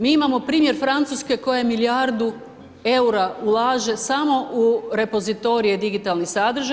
Mi imamo primjer Francuske koja milijardu eura ulaže samo u repozitorije digitalni sadržaj.